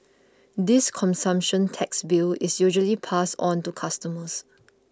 this consumption tax bill is usually passed on to customers